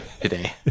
Today